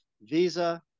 Visa